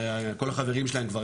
כל החברים שלהם כבר,